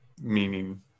meaning